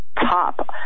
top